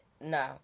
No